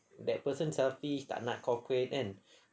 that person selfish tak nak cooperate kan